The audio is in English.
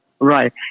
right